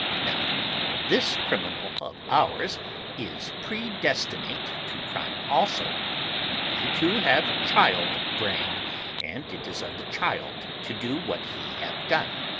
now this criminal of ours is predestinate to crime also he, too, have child-brain, and it is of the child to do what he have done.